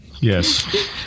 Yes